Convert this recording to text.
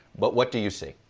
but what do you see?